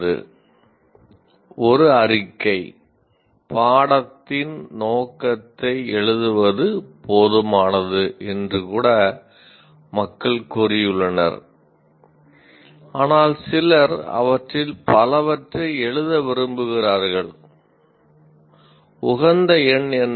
"ஒரு அறிக்கை பாடத்தின் நோக்கத்தை எழுதுவது போதுமானது" என்று கூட மக்கள் கூறியுள்ளனர் ஆனால் சிலர் அவற்றில் பலவற்றை எழுத விரும்புகிறார்கள் உகந்த எண் என்ன